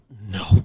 No